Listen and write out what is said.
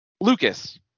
lucas